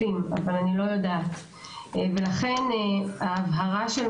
אני עורך דין איגי פז,